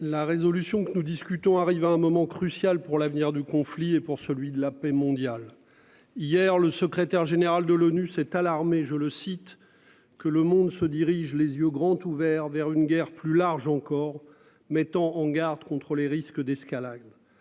La résolution que nous discutons arrive à un moment crucial pour l'avenir du conflit et pour celui de la paix mondiale. Hier le secrétaire général de l'ONU s'est alarmé je le cite, que le monde se dirige les yeux grands ouverts vers une guerre plus large encore, mettant en garde contre les risques d'escalade.